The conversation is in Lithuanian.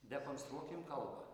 dekonstruokim kalbą